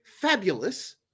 Fabulous